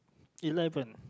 eleven